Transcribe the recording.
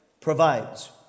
provides